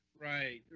Right